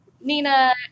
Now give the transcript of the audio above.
nina